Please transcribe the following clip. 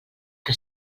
que